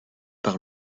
par